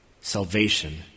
salvation